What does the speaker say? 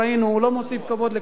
הוא לא מוסיף כבוד לכולנו.